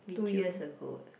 two years ago